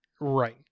Right